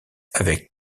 avec